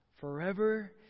Forever